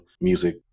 music